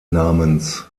namens